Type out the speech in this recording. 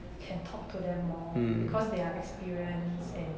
can talk to them more because they are experienced and